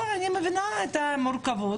אני מבינה את המורכבות,